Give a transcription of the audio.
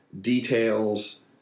details